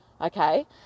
Okay